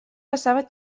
passava